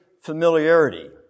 familiarity